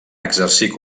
exercir